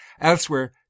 Elsewhere